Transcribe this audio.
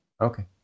Okay